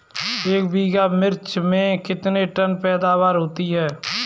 एक बीघा मिर्च में कितने टन पैदावार होती है?